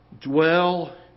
dwell